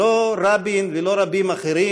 שלא רבין ולא רבים אחרים,